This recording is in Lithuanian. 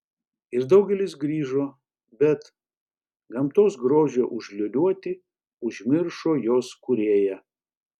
ir daugelis grįžo bet gamtos grožio užliūliuoti užmiršo jos kūrėją